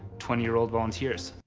twenty year old volunteers.